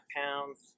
pounds